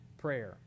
prayer